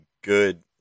good